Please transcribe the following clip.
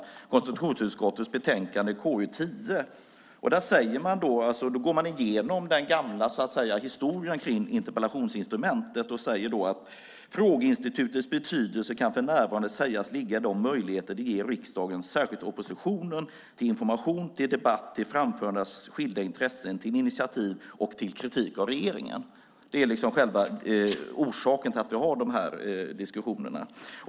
Det gällde konstitutionsutskottets betänkande 10. Där går man igenom den gamla historien kring interpellationsinstrumentet och säger: "Frågeinstitutets betydelse kan för närvarande sägas ligga i de möjligheter de ger riksdagen, särskilt oppositionen, till information, till debatt, till framförande av skilda intressen, till initiativ och till kritik av regeringen." Det är själva orsaken till att vi har dessa diskussioner.